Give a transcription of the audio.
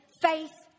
faith